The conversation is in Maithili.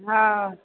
हँ